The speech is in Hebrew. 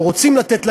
או רוצים לתת להם,